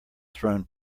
thrown